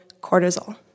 cortisol